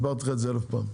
הסברתי לך את זה אלף פעם.